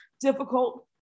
difficult